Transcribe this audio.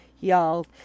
y'all